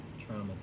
trauma